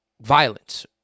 Violence